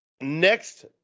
next